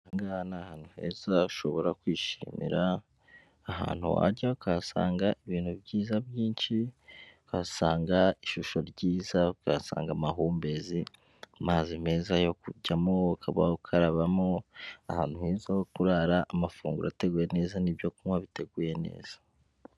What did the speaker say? Aha ngaha ni ahantu heza ushobora kwishimira ahantu wajya ukahasanga ibintu byiza byinshi wahasanga ishusho ryiza, ukahasanga amahumbezi, amazi meza yo kujyamo ukaba ukarabamo, ahantu heza ho kurara, amafunguro ateguye neza n'ibyo kunywa biteguye neza.